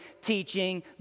teaching